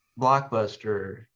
Blockbuster